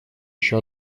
еще